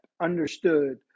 understood